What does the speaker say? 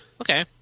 Okay